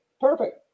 Perfect